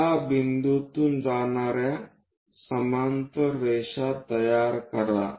या बिंदूतून जाणाऱ्या समांतर रेषा तयार करा